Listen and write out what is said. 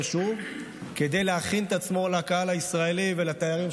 שוב כדי להכין את עצמו לקהל הישראלי ולתיירים,